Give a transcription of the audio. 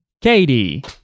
Katie